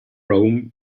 rome